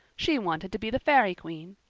she wanted to be the fairy queen.